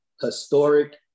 Historic